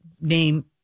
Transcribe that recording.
name